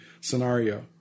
scenario